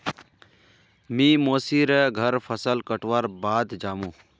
मी मोसी र घर फसल कटवार बाद जामु